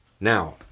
Now